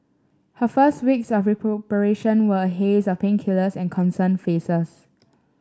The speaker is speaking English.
her first weeks of recuperation were a haze of painkillers and concerned faces